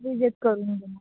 visit करून जाणार